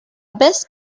best